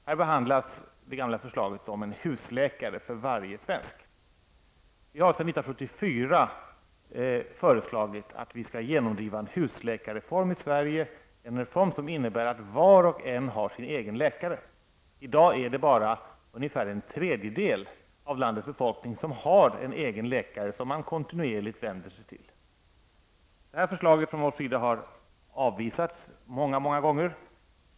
Här behandlas det gamla förslaget om en husläkare för varje svensk. Vi har sedan år 1974 föreslagit att man skall genomdriva en husläkarreform i Sverige -- en reform som innebär att var och en har sin egen läkare. I dag har bara ungefär en tredjedel av landets befolkning en egen läkare som de kontinuerligt vänder sig till. Det här förslaget från vår sida har avvisats många gånger.